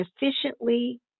efficiently